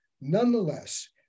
nonetheless